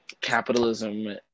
capitalism